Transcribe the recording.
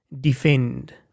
defend